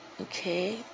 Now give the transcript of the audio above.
Okay